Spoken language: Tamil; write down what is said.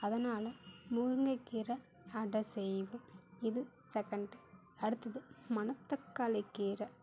அதனால் முருங்கக்கீரை அடை செய்வேன் இது செகண்ட் அடுத்தது மணத்தக்காளி கீரை